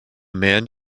man